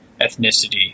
ethnicity